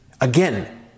again